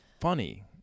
funny